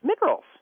minerals